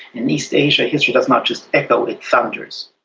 and east asia history does not just echo, it thunders.